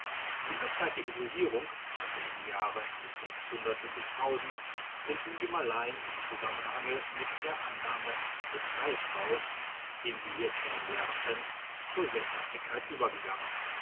in dieser zeit der isolierung also im jahre sind nun die malayen im zusammenhange mit der annahme des reisbaues den sie hier kennen lernten zur sesshaftigkeit übergegangen